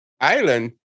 island